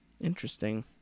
Interesting